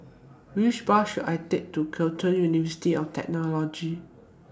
Which Bus should I Take to Curtin University of Technology